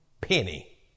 penny